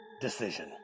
Decision